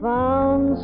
Found